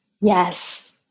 Yes